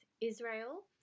Israel